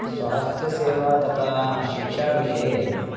स्वास्थ्यसेवा तथा शिक्षाविषये